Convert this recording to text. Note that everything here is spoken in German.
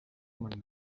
man